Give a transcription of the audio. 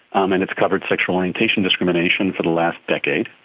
um and has covered sexual orientation discrimination for the last decade.